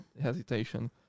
hesitation